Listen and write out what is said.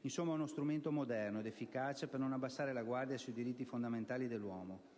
Insomma, è uno strumento moderno ed efficace per non abbassare la guardia sui diritti fondamentali dell'uomo,